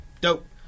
Dope